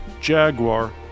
Jaguar